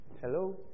Hello